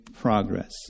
progress